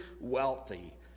wealthy